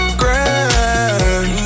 grand